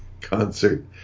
concert